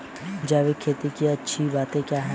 जैविक खेती की अच्छी बातें क्या हैं?